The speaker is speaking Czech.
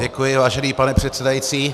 Děkuji, vážený pane předsedající.